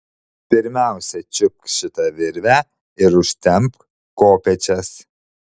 pirmiausia čiupk šitą virvę ir užtempk kopėčias